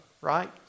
right